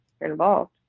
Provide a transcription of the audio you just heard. involved